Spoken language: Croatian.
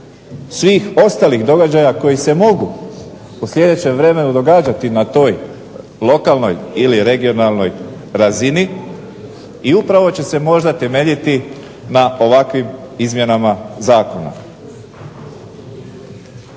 svih ostalih događaja koji se mogu u sljedećem vremenu događati na toj lokalnoj ili regionalnoj razini, i upravo će se možda temeljiti na ovakvim izmjenama zakona.